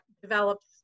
develops